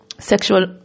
Sexual